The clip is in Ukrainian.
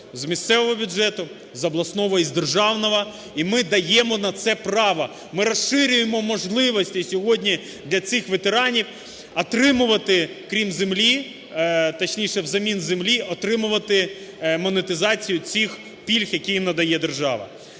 з місцевого бюджетного, з обласного і з державного, і ми даємо на це право. Ми розширюємо можливості сьогодні для цих ветеранів отримувати, крім землі, точніше, взамін землі, отримувати монетизацію цих пільг, які їм надає держава.